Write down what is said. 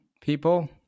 people